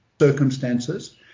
circumstances